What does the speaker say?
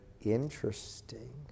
interesting